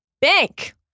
Bank